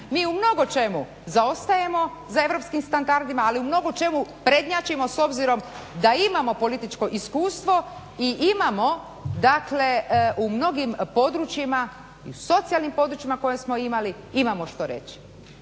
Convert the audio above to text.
Mi u mnogo čemu zaostajemo za europskim standardima, ali u mnogo čemu prednjačimo s obzirom da imamo političko iskustvo i imamo, dakle u mnogim područjima, socijalnim područjima koje smo imali imamo što reći.